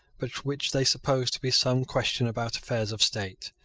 but which they supposed to be some question about affairs of state.